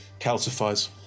calcifies